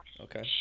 Okay